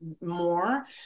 more